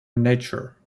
nature